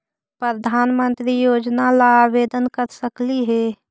प्रधानमंत्री योजना ला आवेदन कर सकली हे?